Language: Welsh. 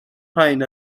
rhain